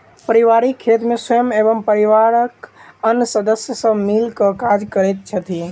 पारिवारिक खेत मे स्वयं एवं परिवारक आन सदस्य सब मिल क काज करैत छथि